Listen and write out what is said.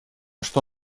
что